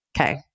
Okay